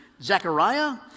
Zechariah